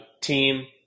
team